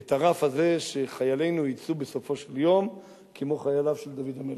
את הרף הזה שחיילינו יצאו בסופו של יום כמו חייליו של דוד המלך.